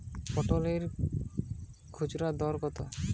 পটলের খুচরা দর কত?